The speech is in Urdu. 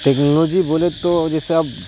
ٹیکنالوجی بولے تو جیسے اب